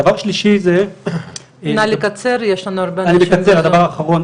דבר שלישי, הדבר האחרון,